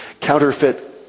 counterfeit